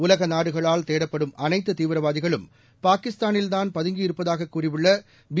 உலக நாடுகளால் தேடப்படும் அனைத்து தீவிரவாதிகளும் பாகிஸ்தபானில் தான் பதுங்கியிருப்பதாக கூறியுள்ள பி